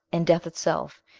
and death itself,